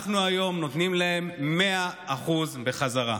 אנחנו נותנים להם היום 100% בחזרה.